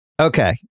Okay